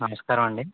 నమస్కారమండి